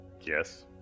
Yes